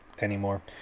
anymore